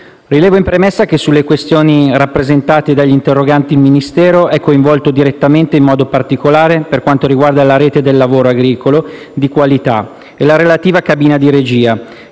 rilevo in premessa che sulle questioni rappresentate dagli interroganti, il Ministero è coinvolto direttamente in modo particolare per quanto riguarda la Rete del lavoro agricolo di qualità e la relativa cabina di regia,